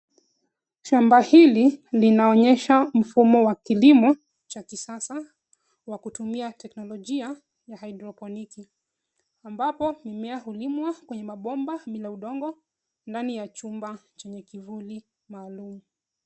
Chumba hili linaonyesha mfumo wa kilimo cha kisasa wa kutumia teknolojia ya haidroponiki, ambapo mimea hulimwa kwenye mabomba bila udongo ndani ya chumba chenye kivuli maalumu.